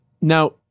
Now